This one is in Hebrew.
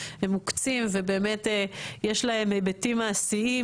הם מוקצים ובאמת יש להם היבטים מעשיים